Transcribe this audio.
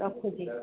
ରଖୁଛି